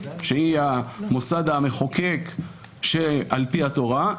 שהיא המוסד המחוקק שעל פי התורה,